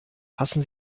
passen